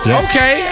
okay